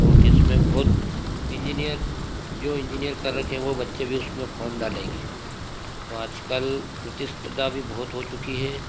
और जिसमें बहुत इंजीनियर जो इंजीनियर कर रखे है वह बच्चे भी उसमें फॉर्म डालेंगे तो आज कल प्रतिस्पर्धा भी बहुत हो चुकी है